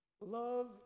Love